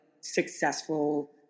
successful